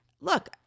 look